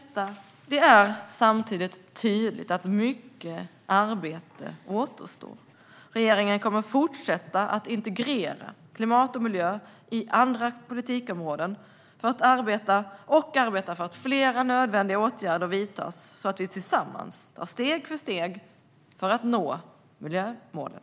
Det är samtidigt tydligt att mycket arbete återstår. Regeringen kommer att fortsätta att integrera klimat och miljö i andra politikområden och arbeta för att fler nödvändiga åtgärder vidtas så att vi tillsammans tar steg efter steg för att nå miljömålen.